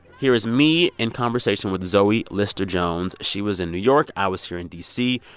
here is me in conversation with zoe lister-jones. she was in new york. i was here in d c.